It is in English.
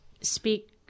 speak